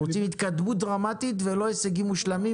רוצים התקדמות דרמטית ולא הישגים מושלמים